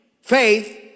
faith